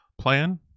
plan